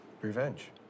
Revenge